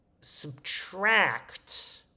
subtract